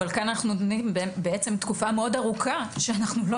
אבל כאן אנחנו נותנים תקופה ארוכה מאוד שאנחנו לא